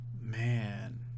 man